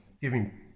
giving